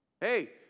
Hey